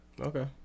okay